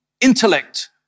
intellect